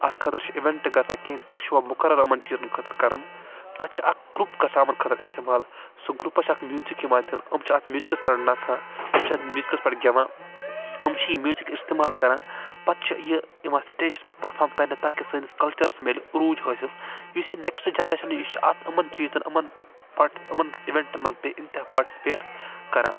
اَتھ خٲطرٕ چھِ اِویٚنٛٹہٕ گژھان کیٚنٛہہ دۄہ چھِ یِوان مُقرر یِمَن چیٖزَن خٲطرٕ کَرنہٕ پَتہٕ چھِ اَکھ گروپ گژھان یِمَن خٲطرٕ اِستعمال سُہ گروپَس چھُ اَکھ میوٗزِک یِوان دِنہٕ یِم چھِ اَتھ میوٗزِکَس پٮ۪ٹھ نَژان یِم چھِ اَتھ میوٗزِکَس پٮ۪ٹھ گیٚوان یِم چھِ یہِ میوٗزک استعمال کران پتہٕ چھُ یہِ یِوان سٹیجَس پٮ۪ٹھ پٔرفارم کرنہٕ تاکہ سٲنِس کلچَرَس میلہِ عروج حاصل یُس یہِ نیٚکٕسٹہٕ جنریشن یہِ چھِ اَتھ یِمَن چیٖزن یِمَن یِمَن اِویٚنٹَن منٛز بے انتہا پارٹسِپیٹ کران